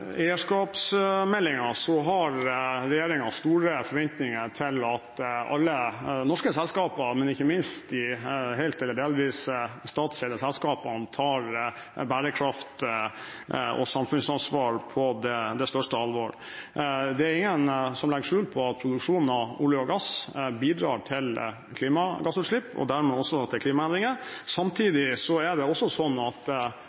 har regjeringen store forventninger til at alle norske selskaper, ikke minst de helt eller delvis statseide selskapene, tar bærekraft og samfunnsansvar på det største alvor. Det er ingen som legger skjul på at produksjonen av olje og gass bidrar til klimagassutslipp og dermed også klimaendringer. Samtidig er det også sånn at